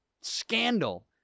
scandal